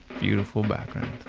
beautiful background